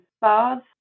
bars